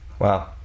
Wow